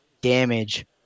damage